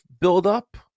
buildup